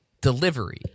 delivery